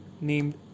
named